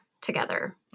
together